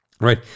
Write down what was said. right